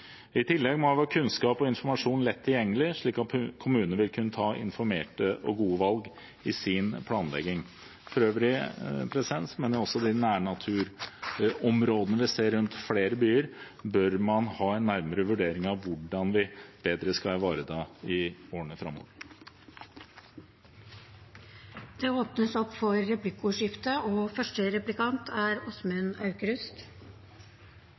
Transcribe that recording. I tillegg må man ha kunnskap og informasjon lett tilgjengelig, slik at kommunene kan ta informerte og gode valg i sin planlegging. Jeg mener for øvrig at når det gjelder de nærnaturområdene vi har rundt flere byer, bør man ha en nærmere vurdering av hvordan vi bedre skal ivareta dem i årene framover. Det blir replikkordskifte. Først en stemmeforklaring: Når vårt forslag sannsynligvis faller etterpå, kommer vi subsidiært til å stemme for